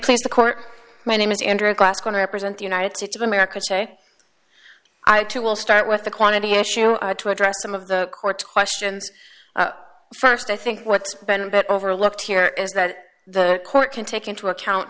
place the court my name is andrea glass going to represent the united states of america i too will start with the quantity issue to address some of the court's questions st i think what's been bit overlooked here is that the court can take into account